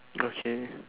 okay